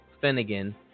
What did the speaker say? Finnegan